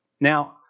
Now